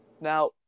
Now